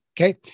Okay